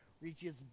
reaches